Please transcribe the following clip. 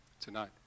tonight